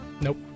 Nope